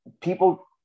people